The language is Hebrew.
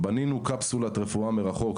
בנינו קפסולת רפואה מרחוק,